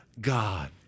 God